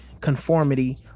conformity